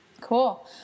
Cool